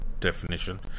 definition